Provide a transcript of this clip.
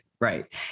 right